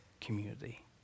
community